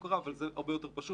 זו הסתה ברורה בדיוק כמו בלוד.